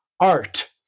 art